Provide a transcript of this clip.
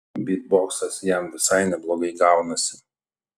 bytboksas jam visai neblogai gaunasi